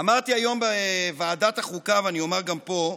אמרתי היום בוועדת החוקה ואני אומר גם פה,